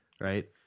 Right